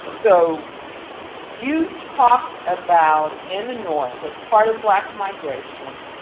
so you talked about in the north, as part of black migration,